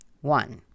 one